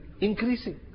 increasing